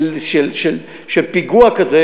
של פיגוע כזה,